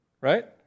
right